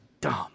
dumb